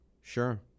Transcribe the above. sure